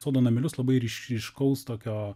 sodo namelius labai ryškaus tokio